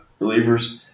relievers